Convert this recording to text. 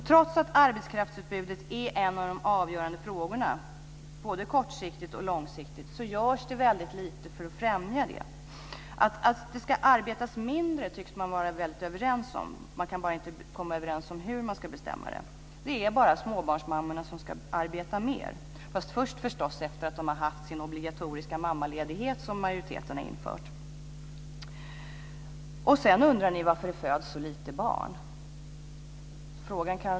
Trots att arbetskraftsutbudet är en av de avgörande frågorna både kortsiktigt och långsiktigt görs det lite för att främja det. Att det ska arbetas mindre tycks man vara överens om. Man kan bara inte komma överens om hur man ska bestämma det. Det är bara småbarnsmammorna som ska arbeta mer, men inte förrän de har haft sin obligatoriska mammaledighet som majoriteten har infört. Och sedan undrar ni varför det föds så få barn.